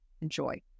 enjoy